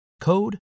code